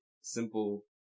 simple